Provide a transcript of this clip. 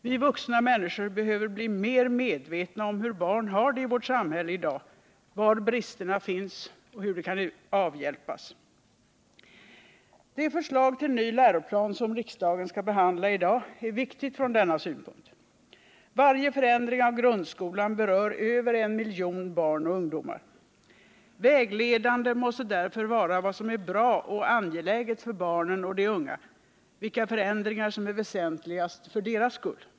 Vi vuxna människor behöver bli mer medvetna om hur barn har det i vårt samhälle i dag, var bristerna finns och hur de kan avhjälpas. Det förslag till ny läroplan som riksdagen skall behandla i dag är viktigt från denna synpunkt. Varje förändring av grundskolan berör över en miljon barn och ungdomar. Vägledande måste därför vara vad som är bra och angeläget för barnen och de unga, vilka förändringar som är väsentligast för deras skull.